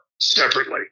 separately